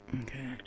Okay